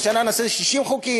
השנה נעשה 60 חוקים.